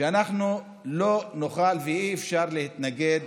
אנחנו לא נוכל ואי-אפשר להתנגד